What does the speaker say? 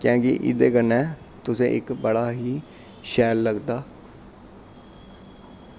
कैंह् कि एह्दे कन्नै तुसेंगी इक बड़ा ही शैल लगदा